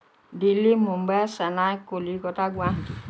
Delhi Mumbai Chennai Kolkata Guwahati